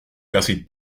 casi